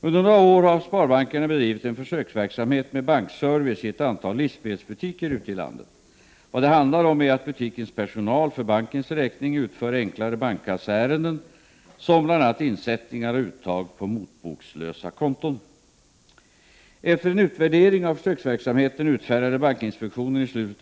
Under några år har sparbankerna bedrivit en försöksverksamhet med bankservice i ett antal livsmedelsbutiker ute i landet. Vad det handlar om är att butikens personal, för bankens räkning, utför enklare bankkasseärenden som bl.a. insättningar och uttag på motbokslösa konton.